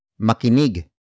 makinig